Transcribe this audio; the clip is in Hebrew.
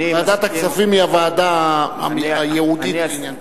ועדת הכספים היא הוועדה הייעודית לעניין.